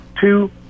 two